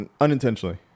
Unintentionally